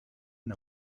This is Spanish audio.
and